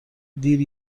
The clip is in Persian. دیر